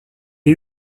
est